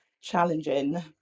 challenging